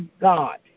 God